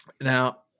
Now